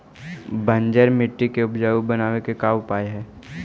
बंजर मट्टी के उपजाऊ बनाबे के का उपाय है?